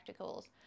practicals